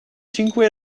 cinque